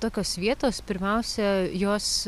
tokios vietos pirmiausia jos